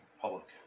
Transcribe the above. Public